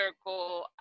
circle